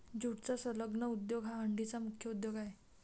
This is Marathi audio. ज्यूटचा संलग्न उद्योग हा डंडीचा मुख्य उद्योग आहे